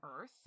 earth